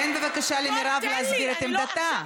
תן בבקשה למירב להסביר את עמדתה.